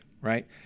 right